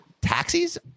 taxis